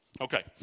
Okay